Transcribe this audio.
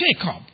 Jacob